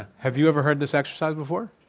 have you ever heard this exercise before?